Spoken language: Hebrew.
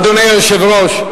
אדוני היושב-ראש,